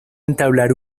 entablar